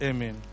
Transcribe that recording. Amen